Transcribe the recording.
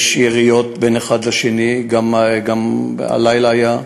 יש יריות בין האחד לשני, גם הלילה זה היה.